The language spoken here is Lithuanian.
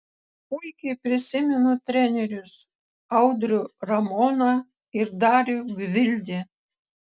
puikiai prisimenu trenerius audrių ramoną ir darių gvildį